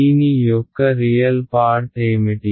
దీని యొక్క real part ఏమిటి